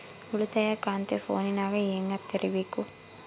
ಉಳಿತಾಯ ಖಾತೆ ಫೋನಿನಾಗ ಹೆಂಗ ತೆರಿಬೇಕು?